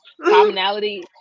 Commonality